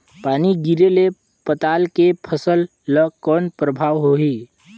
पानी गिरे ले पताल के फसल ल कौन प्रभाव होही?